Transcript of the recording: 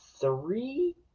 three